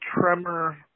tremor